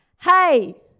hey